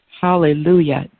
Hallelujah